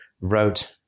wrote